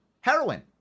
Heroin